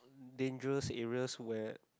dangerous area where